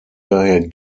daher